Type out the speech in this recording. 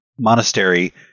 monastery